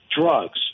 drugs